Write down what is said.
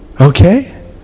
Okay